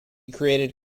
created